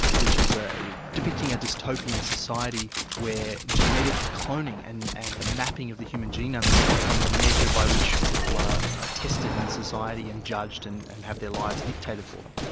which is ah depicting a dystopian society where genetic cloning and and the mapping of the human genome has become the measure by which people are ah tested in society, and judged and and have their lives dictated for them.